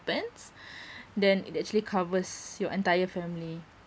then it actually covers your entire family